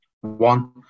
One